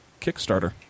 Kickstarter